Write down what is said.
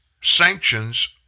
sanctions